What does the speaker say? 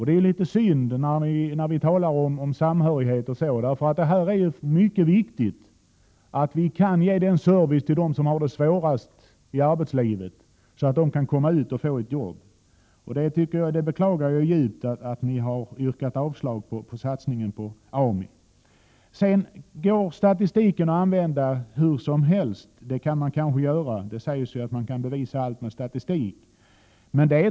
Det är synd, med tanke på samhörigheten. Det är mycket viktigt att de som har det svårast i arbetslivet får service så att de kan komma ut och få jobb. Jag beklagar djupt att ni har yrkat avslag på satsningen på AMI. ; Statistiken går att använda hur som helst — det sägs ju att allt kan bevisas med statistik.